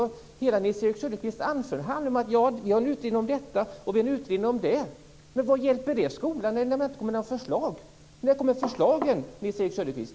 Hela Nils-Erik Söderqvists anförande handlade om det: Vi har en utredning om detta, och vi har en utredning om det. Men vad hjälper det skolan, när det inte kommer några förslag. När kommer förslagen, Nils-Erik Söderqvist?